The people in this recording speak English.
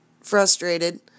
frustrated